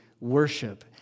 worship